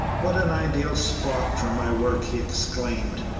what an ideal spot for my work! he exclaimed.